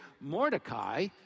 Mordecai